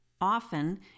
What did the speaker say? Often